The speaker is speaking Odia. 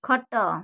ଖଟ